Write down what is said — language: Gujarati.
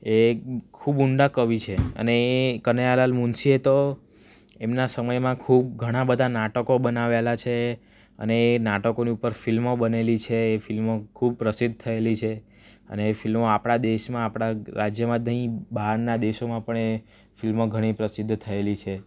એ ખૂબ ઊંડા કવિ છે અને એ કનૈયાલાલ મુનશીએ તો એમના સમયમાં ખૂબ ઘણા બધા નાટકો બનાવેલા છે અને એ નાટકોની ઉપર ફિલ્મો બનેલી છે એ ફિલ્મો ખૂબ પ્રસિદ્ધ યેલી છે અને એ ફિલ્મો આપણા દેશમાં આપણા રાજ્યમાં જ નહીં બહારના દેશોમાં પણ એ ફિલ્મો ઘણી પ્રસિદ્ધ થયેલી છે